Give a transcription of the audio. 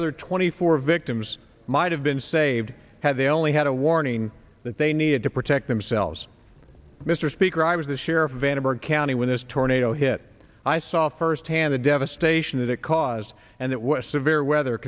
other twenty four victims might have been saved had they only had a warning that they needed to protect themselves mr speaker i was the sheriff vanderburgh county when this tornado hit i saw firsthand the devastation that it caused and it was severe weather